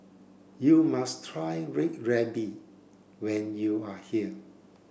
you must try red ruby when you are here